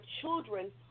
children